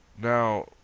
Now